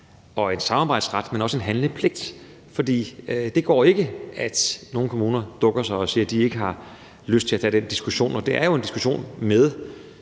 og en samarbejdsret, men også en handlepligt. For det går ikke, at nogle kommuner dukker sig og siger, at de ikke har lyst til at tage den diskussion. Det er jo en diskussion med